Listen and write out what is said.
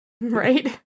right